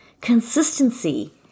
Consistency